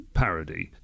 parody